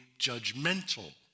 judgmental